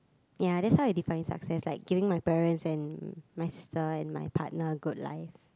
ya that's why I define success like giving my parents and my sister and my partner good life